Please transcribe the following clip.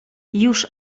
już